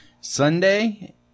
sunday